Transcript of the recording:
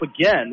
again